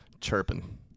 chirping